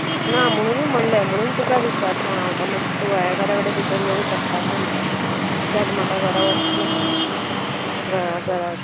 ना म्हणनून म्हणले म्हणून तुका विचारतां हांव तें मात्शें गोंयाकारा कडेन भितर घेवूं शकता काय म्हणू कित्याक म्हाका घरा वतना